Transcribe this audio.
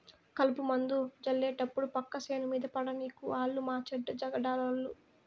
కలుపుమందు జళ్లేటప్పుడు పక్క సేను మీద పడనీకు ఆలు మాచెడ్డ జగడాలోళ్ళు